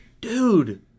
dude